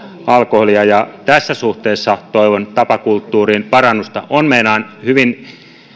alkoholia tässä suhteessa toivon tapakulttuuriin parannusta on meinaan hyvin